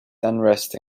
unresting